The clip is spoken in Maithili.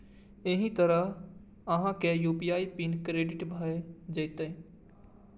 एहि तरहें अहांक यू.पी.आई पिन क्रिएट भए जाएत